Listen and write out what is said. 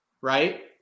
right